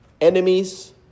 Enemies